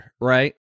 right